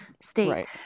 state